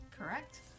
Correct